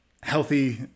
healthy